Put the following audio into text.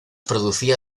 producía